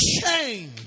change